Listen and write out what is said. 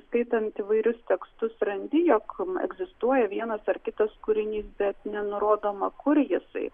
skaitant įvairius tekstus randi jog egzistuoja vienas ar kitas kūrinys bet nenurodoma kur jisai